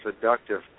seductive